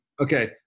Okay